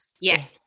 yes